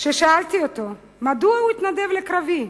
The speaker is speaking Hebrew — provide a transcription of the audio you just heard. כששאלתי אותו מדוע הוא התנדב לקרבי,